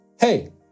hey